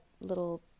little